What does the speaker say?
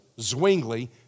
Zwingli